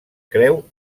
creu